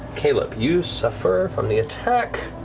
caleb, you suffer from the attack.